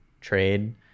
trade